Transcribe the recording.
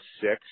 six